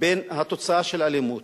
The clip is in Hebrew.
בין התוצאה של האלימות,